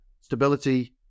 stability